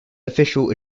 official